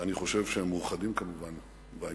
שאני חושב שהם מאוחדים, כמובן, בעניין,